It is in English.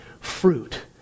fruit